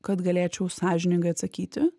kad galėčiau sąžiningai atsakyti